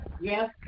Yes